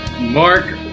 Mark